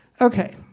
Okay